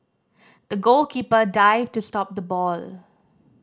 the goalkeeper dived to stop the ball